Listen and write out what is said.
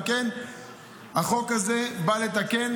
על כן החוק הזה בא לתקן